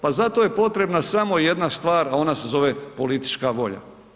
Pa za to je potrebna samo jedna stvar a ona se zove politička volja.